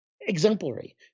exemplary